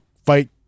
Fight